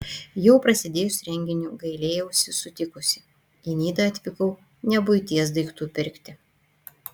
jau prasidėjus renginiui gailėjausi sutikusi į nidą atvykau ne buities daiktų pirkti